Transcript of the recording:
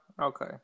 okay